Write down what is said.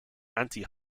anti